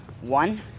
One